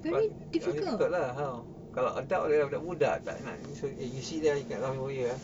but ya difficult lah how kalau adult boleh lah budak-budak tak nak eh you sit there ah you cannot run away ah